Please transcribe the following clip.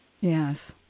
Yes